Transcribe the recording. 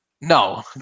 No